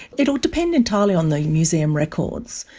it will depend entirely on the museum records.